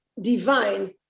divine